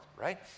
right